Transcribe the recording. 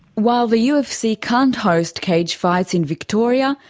while the ufc can't host cage fights in victoria,